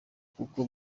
kuko